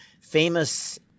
famous